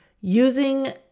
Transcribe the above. using